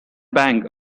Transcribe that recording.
bang